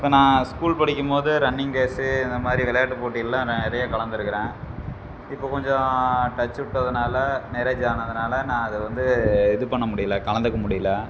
இப்போ நான் ஸ்கூல் படிக்கும் போது ரன்னிங் ரேஸு இந்த மாதிரி விளையாட்டு போட்டிகள்ல நான் நிறையா கலந்திருக்குறேன் இப்போ கொஞ்சம் டச் விட்டதுனால மேரேஜ் ஆனதனால நான் அதை வந்து இது பண்ண முடியல கலந்துக்க முடியல